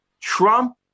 Trump